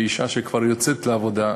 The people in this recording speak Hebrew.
שאישה שכבר יוצאת לעבודה,